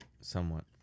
Somewhat